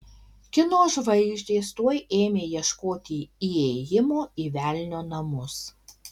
kino žvaigždės tuoj ėmė ieškoti įėjimo į velnio namus